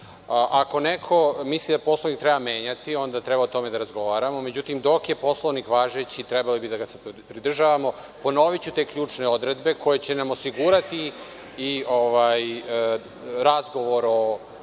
Ako neko misli da Poslovnik treba menjati onda treba o tome da razgovaramo, međutim dok je Poslovnik važeći trebali bi da ga se pridržavamo. Ponoviću te ključne odredbe koje će nam osigurati i razgovor o